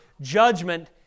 judgment